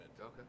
okay